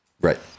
Right